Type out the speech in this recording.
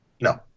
No